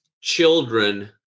children